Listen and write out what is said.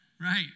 right